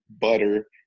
butter